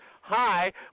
Hi